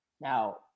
Now